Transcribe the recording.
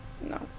No